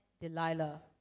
Delilah